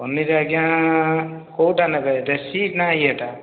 ପନିର ଆଜ୍ଞା କେଉଁଟା ନେବେ ଦେଶୀ ନା ଏଟା